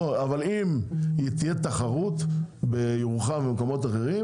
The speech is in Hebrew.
אם תהיה תחרות בירוחם או במקומות אחרים,